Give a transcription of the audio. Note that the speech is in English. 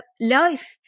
life